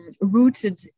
rooted